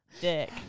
dick